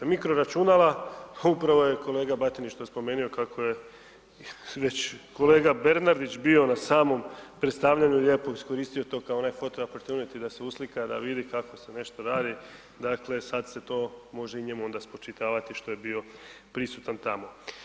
Mikroračunala, upravo je kolega Batinić to spomenuo kako je već kolega Bernardić bio na samom predstavljanju i lijepo iskoristio to kao onaj foto opportunity da se uslika, da vidi kako se nešto radi, dakle sad se to može i njemu onda spočitavati što je bio prisutan tamo.